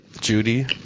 Judy